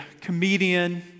comedian